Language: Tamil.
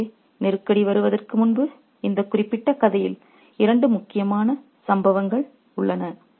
எனவே நெருக்கடி வருவதற்கு முன்பு இந்தக் குறிப்பிட்ட கதையில் இரண்டு முக்கிய சம்பவங்கள் உள்ளன